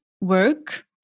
work